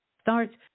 starts